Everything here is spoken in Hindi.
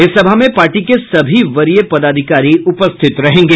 इस सभा में पार्टी के सभी वरीय पदाधिकारी उपस्थित रहेंगे